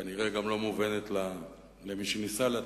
כנראה גם לא מובנת למי שניסה להתקיל,